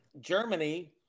Germany